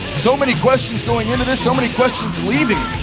so many questions going into this so many questions leaving.